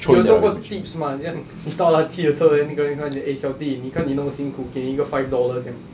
你有收过 tips 吗你这样你倒垃圾的时候 then 那个人跟你 eh 小弟你看你那么辛苦给你一个 five dollar 这样